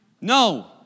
No